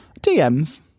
DMs